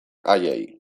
haiei